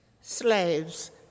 Slaves